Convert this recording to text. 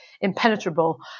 impenetrable